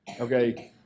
Okay